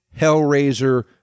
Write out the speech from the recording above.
Hellraiser